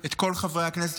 את כל חברי הכנסת,